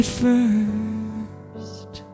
first